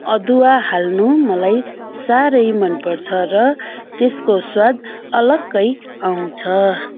अदुवा हाल्नु मलाई साह्रै मन पर्छ र त्यसको स्वाद अलग्गै आउँछ